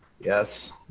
Yes